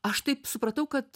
aš taip supratau kad